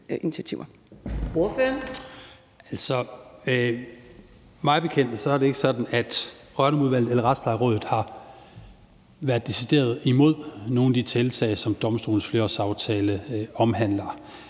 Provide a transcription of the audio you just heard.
(M): Mig bekendt er det ikke sådan, at Rørdamudvalget eller Retsplejerådet har været decideret imod nogen af de tiltag, som domstolenes flerårsaftale omhandler.